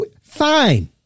fine